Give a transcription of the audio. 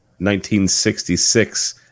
1966